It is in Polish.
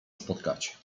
spotkać